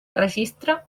registre